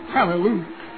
Hallelujah